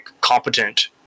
competent